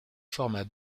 format